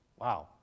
wow